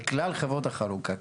בכלל חברות החלוקה,